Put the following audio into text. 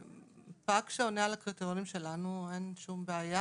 פג שעונה על הקריטריונים שלנו אין שום בעיה.